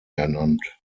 ernannt